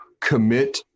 commit